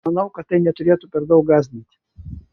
manau kad tai neturėtų per daug gąsdinti